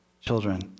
children